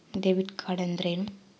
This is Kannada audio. ಡೆಬಿಟ್ ಕಾರ್ಡ್ ಅಂದ್ರೇನು?